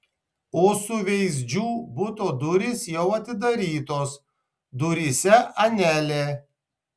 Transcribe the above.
o suveizdžių buto durys jau atidarytos duryse anelė